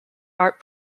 art